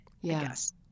yes